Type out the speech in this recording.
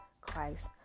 Christ